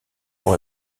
pour